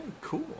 cool